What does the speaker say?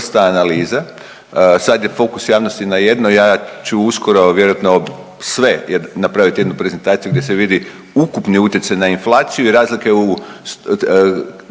analiza, sada je fokus javnosti na jednoj, ja ću uskoro, a vjerojatno sve napravit jednu prezentaciju gdje se vidi ukupni utjecaj na inflaciju i razlike u